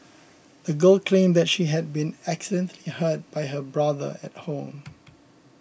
the girl claimed that she had been accidentally hurt by her brother at home